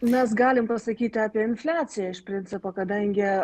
mes galim pasakyti apie infliaciją iš principo kadangi